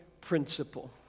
principle